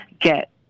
get